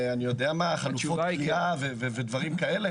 על חלופות כליאה ודברים כאלה?